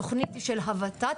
התוכנית היא של הות"ת,